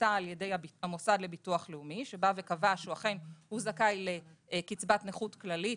שנעשתה על ידי המוסד לביטוח לאומי שקבע שהוא זכאי לקצבת נכות כללית